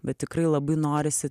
bet tikrai labai norisi